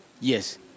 Yes